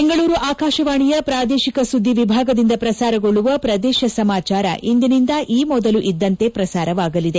ಬೆಂಗಳೂರು ಆಕಾಶವಾಣಿಯ ಪ್ರಾದೇಶಿಕ ಸುದ್ಲಿ ವಿಭಾಗದಿಂದ ಪ್ರಸಾರಗೊಳ್ಳುವ ಪ್ರದೇಶ ಸಮಾಜಾರ ಇಂದಿನಿಂದ ಈ ಮೊದಲು ಇದ್ದಂತೆ ಪ್ರಸಾರವಾಗಲಿದೆ